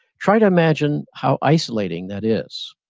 try to imagine how isolating that is.